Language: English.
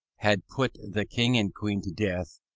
had put the king and queen to death,